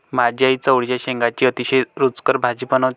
माझी आई चवळीच्या शेंगांची अतिशय रुचकर भाजी बनवते